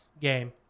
game